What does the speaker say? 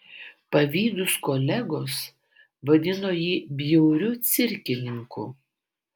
pavydūs kolegos vadino jį bjauriu cirkininku